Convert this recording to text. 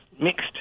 mixed